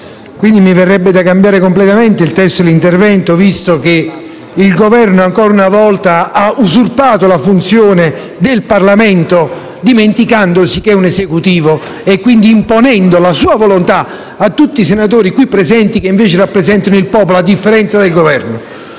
quindi dovrei cambiare completamente il testo dell'intervento visto che il Governo, ancora una volta, ha usurpato la funzione del Parlamento, dimenticandosi che è un Esecutivo e quindi imponendo la sua volontà a tutti i senatori qui presenti che invece rappresentano il popolo, a differenza del Governo,